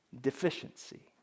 Deficiency